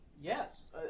Yes